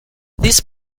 this